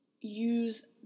use